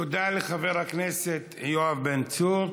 תודה לחבר הכנסת יואב בן צור.